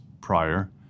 prior